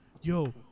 Yo